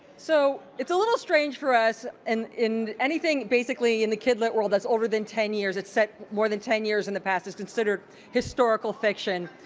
so it's a little strange for us and in anything basically in the kidlet world that's over ten years. it's set more than ten years in the past. it's considered historical fiction.